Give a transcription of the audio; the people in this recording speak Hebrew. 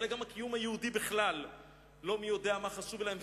אלא גם הקיום היהודי בכלל לא מי-יודע-מה חשוב להן?